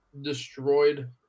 destroyed